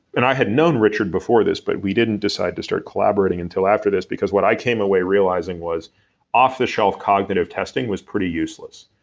and i had known richard before this, but we didn't decide to start collaborating and til after this, because what i came away realizing was off the shelf cognitive testing was pretty useless.